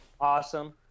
Awesome